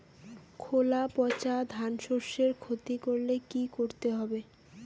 খোলা পচা ধানশস্যের ক্ষতি করলে কি করতে হবে?